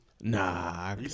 Nah